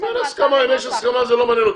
אם אין הסכמה, אם יש הסכמה, זה לא מעניין אותי.